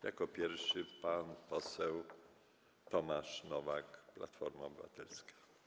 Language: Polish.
Jako pierwszy pan poseł Tomasz Nowak, Platforma Obywatelska.